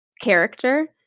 character